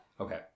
Okay